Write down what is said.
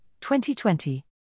2020